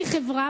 כחברה,